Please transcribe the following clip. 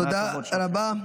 תודה רבה.